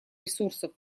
ресурсов